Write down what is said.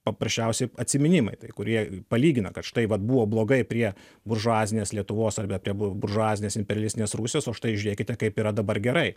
paprasčiausiai atsiminimai tai kurie palygina kad štai vat buvo blogai prie buržuazinės lietuvos arbe prie buržuazinės imperialistinės rusijos o štai žiūrėkite kaip yra dabar gerai